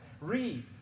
read